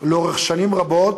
לאורך שנים רבות,